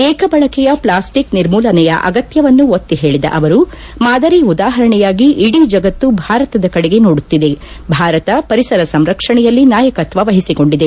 ಏಕಬಳಕೆಯ plastic ನಿರ್ಮೂಲನೆಯ ಅಗತ್ಯವನ್ನು ಒತ್ತಿ ಹೇಳಿದ ಅವರು ಮಾದರಿ ಉದಾಹರಣೆಯಾಗಿ ಇದೀ ಜಗತ್ತು ಭಾರತದ ಕಡೆಗೆ ನೋಡುತ್ತಿದೆ ಭಾರತ ಪರಿಸರ ಸಂರಕ್ಷಣೆಯಲ್ಲಿ ನಾಯಕತ್ವ ವಹಿಸಿಕೊಂಡಿದೆ